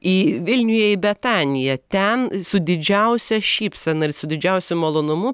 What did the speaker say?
į vilniuje į betaniją ten su didžiausia šypsena ir su didžiausiu malonumu